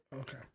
okay